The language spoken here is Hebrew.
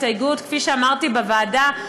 כפי שאמרתי בוועדה,